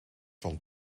van